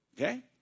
Okay